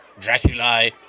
Dracula